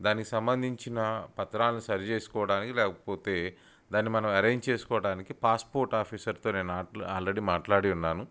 దానికి సంబంధించిన పత్రాలని సరి చేసుకోడానికి లేకపోతే దాన్ని మనం అరేంజ్ చేసుకోటానికి పాస్పోర్ట్ ఆఫీసర్తో నేను ఆట్ల ఆల్రెడీ మాట్లాడి ఉన్నాను